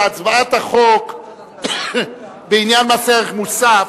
בהצבעה על החוק בעניין מס ערך מוסף,